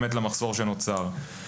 למחסור שנוצר.